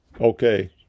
Okay